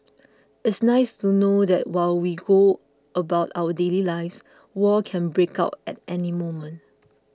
it's nice to know that while we go about our daily lives war can break out at any moment